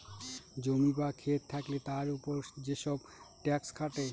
জমি বা খেত থাকলে তার উপর যেসব ট্যাক্স কাটে